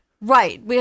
Right